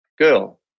girl